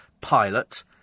pilot